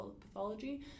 pathology